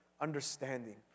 understanding